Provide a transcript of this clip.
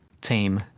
team